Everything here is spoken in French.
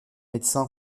médecin